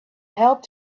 helped